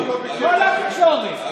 כל התקשורת, בדיוק.